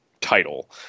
title